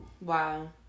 Wow